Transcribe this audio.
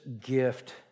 gift